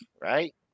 right